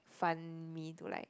fund me to like